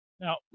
Now